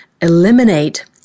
Eliminate